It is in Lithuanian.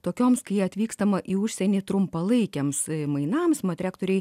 tokioms kai atvykstama į užsienį trumpalaikiams mainams mat rektoriai